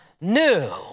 new